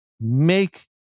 make